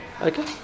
Okay